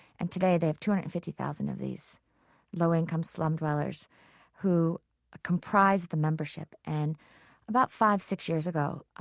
and today they have two hundred fifty thousand of these low-income slum dwellers who comprise the membership and about five or six years ago, ah